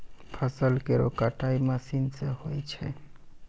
फसल केरो कटाई मसीन सें होय छै